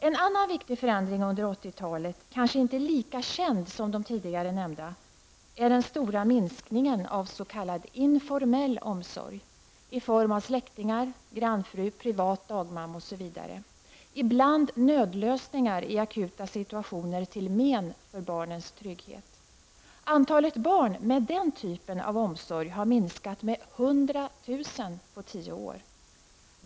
En annan viktig förändring under 80-talet, kanske inte lika känd som de tidigare nämda, är den stora minskningen av s.k. informell omsorg, i form av släktingar, grannfru, privat dagmamma osv., ibland nödlösningar i akuta situationer till men för barnens trygghet. Antalet barn med den typen av omsorg har minskat med 100 000 på tio år.